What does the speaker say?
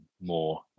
more